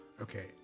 Okay